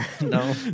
no